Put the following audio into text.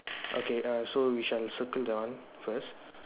okay err so we shall circle that one first